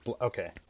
Okay